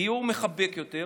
גיור מחבק יותר,